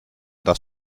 das